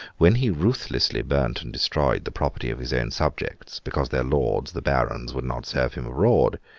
when he ruthlessly burnt and destroyed the property of his own subjects, because their lords, the barons, would not serve him abroad,